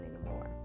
anymore